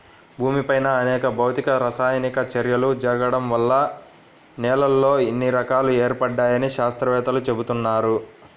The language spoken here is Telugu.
భూమిపైన అనేక భౌతిక, రసాయనిక చర్యలు జరగడం వల్ల నేలల్లో ఇన్ని రకాలు ఏర్పడ్డాయని శాత్రవేత్తలు చెబుతున్నారు